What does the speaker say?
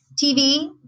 TV